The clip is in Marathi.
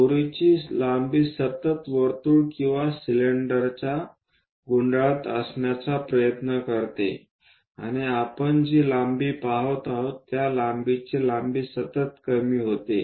दोरीची लांबी सतत वर्तुळ किंवा सिलेंडरचा गुंडाळत असण्याचा प्रयत्न करते आणि आपण जी लांबी पाहत आहोत त्या लांबीची लांबी सतत कमी होते